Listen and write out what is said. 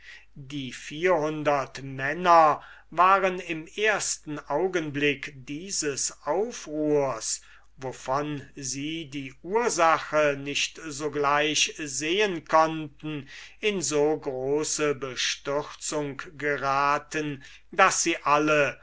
die vierhundertmänner waren im ersten augenblick dieses aufruhrs wovon sie die ursache nicht sogleich sehen konnten in so große bestürzung geraten daß sie alle